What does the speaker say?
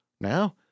Now